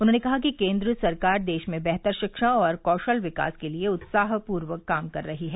उन्होंने कहा कि केंद्र सरकार देश में बेहतर शिक्षा और कौशल विकास के लिए उत्साहपूर्वक काम कर रही है